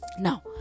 Now